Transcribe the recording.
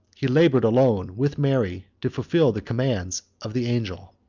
he labored, alone with mary, to fulfil the commands of the angel.